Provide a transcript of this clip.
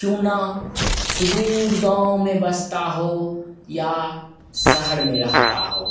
क्यों ना सुदूर गाँव में बसता हो या शहर में रहता हो